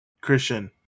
Christian